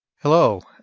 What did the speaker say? hello.